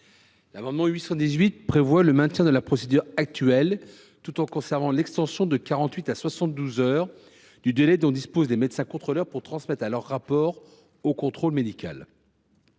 L’amendement n° 818 rectifié tend à maintenir la procédure en vigueur, tout en conservant l’extension de 48 à 72 heures du délai dont disposent les médecins contrôleurs pour transmettre leur rapport au contrôle médical.